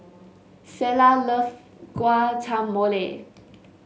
Selah loves Guacamole